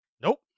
Nope